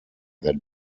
that